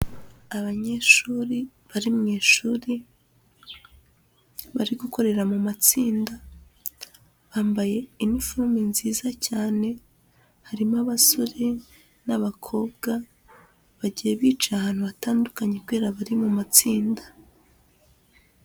Abanyeshuri bari mu ishuri bari gukorera mu matsinda, bambaye iniforume nziza cyane, harimo abasore n'abakobwa, bagiye bicaye ahantu hatandukanye kubera bari mu matsinda.